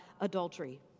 adultery